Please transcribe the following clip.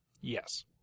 Yes